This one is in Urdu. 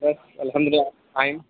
بس الحمد للہ فائن